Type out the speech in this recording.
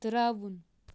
ترٛاوُن